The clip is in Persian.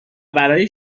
برای